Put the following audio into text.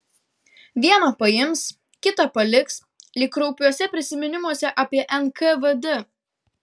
vieną paims kitą paliks lyg kraupiuose prisiminimuose apie nkvd